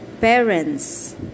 parents